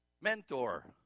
Mentor